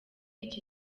iki